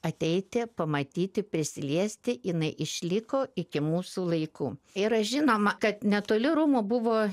ateiti pamatyti prisiliesti jinai išliko iki mūsų laikų yra žinoma kad netoli rūmų buvo